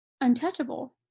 untouchable